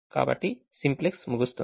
కాబట్టి సింప్లెక్స్ ముగుస్తుంది